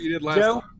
Joe